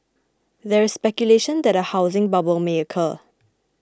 there is speculation that a housing bubble may occur